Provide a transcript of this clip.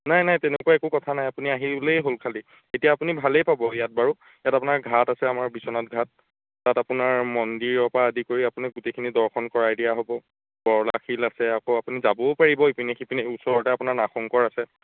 নাই নাই তেনেকুৱা একো কথা নাই আপুনি আহিলেই হ'ল খালী এতিয়া আপুনি ভালেই পাব ইয়াত বাৰু ইয়াত আপোনাৰ ঘাট আছে আমাৰ বিশ্বনাথ ঘাট তাত আপোনাৰ মন্দিৰৰপৰা আদি কৰি আপুনি গোটেইখিনি দৰ্শন কৰাই দিয়া হ'ব বৰলা শিল আছে আকৌ আপুনি যাবও পাৰিব ইপিনে সিপিনে ওচৰতে আপোনাৰ নাগশংকৰ আছে